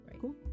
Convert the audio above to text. Cool